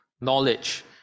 knowledge